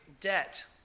debt